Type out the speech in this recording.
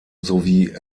sowie